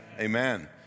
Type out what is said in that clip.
Amen